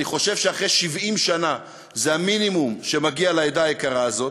אני חושב שאחרי 70 שנה זה המינימום שמגיע לעדה היקרה הזאת,